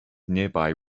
nearby